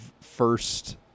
first